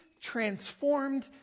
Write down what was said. transformed